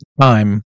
time